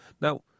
Now